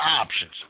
options